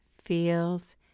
feels